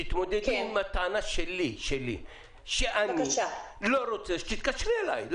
תתמודדי עם הטענה שלי, שאני לא רוצה שתתקשרי אליי.